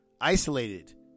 isolated